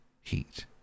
heat